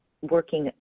working